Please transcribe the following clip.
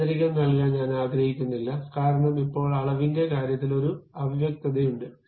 ആന്തരികം നൽകാൻ ഞാൻ ആഗ്രഹിക്കുന്നില്ല കാരണം ഇപ്പോൾ അളവിന്റെ കാര്യത്തിൽ ഒരു അവ്യക്തതയുണ്ട്